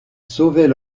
sauvaient